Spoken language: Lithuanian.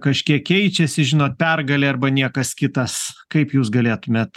kažkiek keičiasi žinot pergalė arba niekas kitas kaip jūs galėtumėt